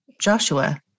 Joshua